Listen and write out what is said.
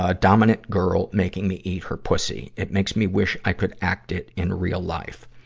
ah dominant girl making me eat her pussy. it makes me wish i could act it in real life.